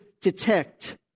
detect